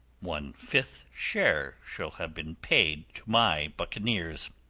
one fifth share shall have been paid to my buccaneers.